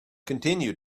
continue